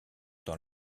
dans